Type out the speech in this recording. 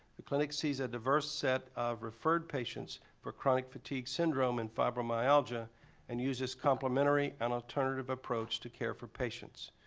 the clinic sees a diverse set of referred patients for chronic fatigue syndrome and fibromyalgia and uses complimentary and alternative approach for care for patients.